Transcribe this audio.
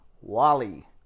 Wally